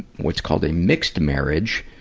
what's called a mixed marriage,